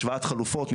השוואת חלופות,